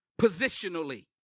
Positionally